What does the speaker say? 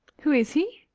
who is he?